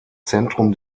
zentrum